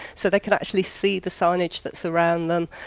so they can actually see the signage that's around them,